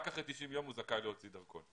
רק אחרי 90 ימים הוא זכאי להוציא דרכון.